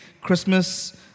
Christmas